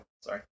Sorry